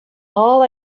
all